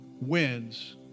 wins